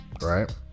Right